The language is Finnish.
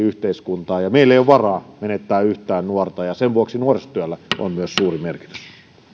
yhteiskuntaan meillä ei ole varaa menettää yhtään nuorta ja sen vuoksi myös nuorisotyöllä on suuri merkitys